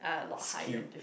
skewed